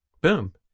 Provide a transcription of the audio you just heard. Boom